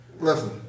Listen